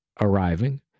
arriving